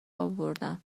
اوردم